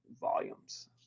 volumes